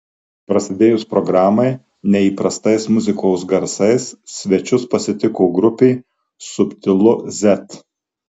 prasidėjus programai neįprastais muzikos garsais svečius pasitiko grupė subtilu z